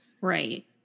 Right